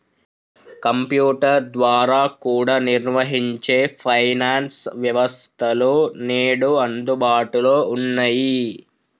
computer ద్వారా కూడా నిర్వహించే ఫైనాన్స్ వ్యవస్థలు నేడు అందుబాటులో ఉన్నయ్యి